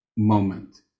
moment